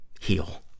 heal